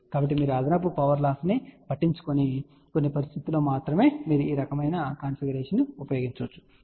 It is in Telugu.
కాబట్టి మీరు అదనపు పవర్ లాస్ ని పట్టించుకోని కొన్ని పరిస్థితులలో మాత్రమే మీరు ఈ రకమైన కాన్ఫిగరేషన్ను ఉపయోగించవచ్చు సరే